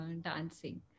dancing